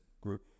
group